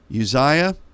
Uzziah